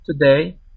Today